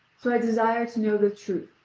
so i desire to know the truth,